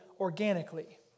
organically